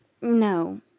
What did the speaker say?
No